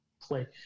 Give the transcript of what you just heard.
play